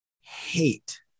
hate